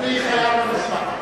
אני חייל ממושמע,